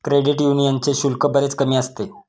credit यूनियनचे शुल्क बरेच कमी असते